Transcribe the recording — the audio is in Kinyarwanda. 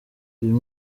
uyu